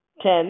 ten